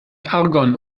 argon